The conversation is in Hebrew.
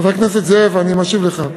חבר הכנסת זאב, אני משיב לך.